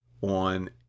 on